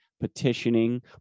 petitioning